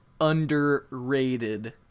underrated